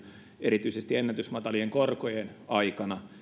erityisesti ennätysmatalien korkojen aikana